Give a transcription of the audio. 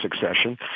succession